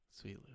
Sweet